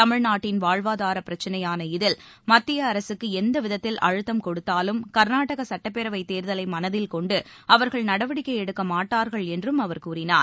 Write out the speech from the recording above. தமிழ்நாட்டின் வாழ்வாதார பிரச்னையான இதில் மத்திய அரசுக்கு எந்த விதத்தில் அழுத்தம் கொடுத்தாலும் கர்நாடகத் சுட்டப்பேரவைத் தேர்தலை மனதில் கொண்டு அவர்கள் நடவடிக்கை எடுக்க மாட்டார்கள் என்றும் அவர் கூறினார்